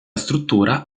struttura